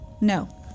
No